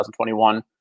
2021